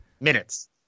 Minutes